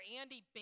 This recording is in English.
Andy